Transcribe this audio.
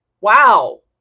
Wow